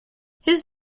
his